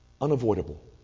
Unavoidable